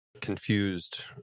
confused